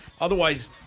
Otherwise